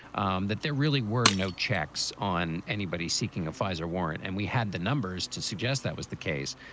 um that there really were no checks on anybody seeking a fisa warrant. and we had the numbers to suggest that was the case.